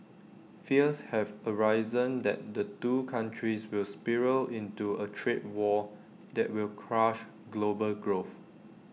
fears have arisen that the two countries will spiral into A trade war that will crush global growth